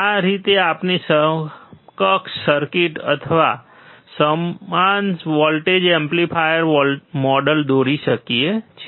આ રીતે આપણે સમકક્ષ સર્કિટ અથવા સમાન વોલ્ટેજ એમ્પ્લીફાયર મોડેલ દોરી શકીએ છીએ